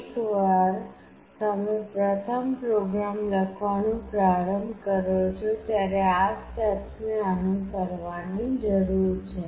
એકવાર તમે પ્રથમ પ્રોગ્રામ લખવાનું પ્રારંભ કરો છો ત્યારે આ સ્ટેપ્સને અનુસરવાની જરૂર છે